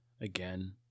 Again